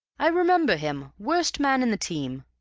i remember him. worst man in the team.